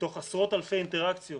מתוך עשרות אלפי אינטראקציות